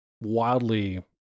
wildly